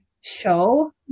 show